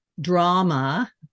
Drama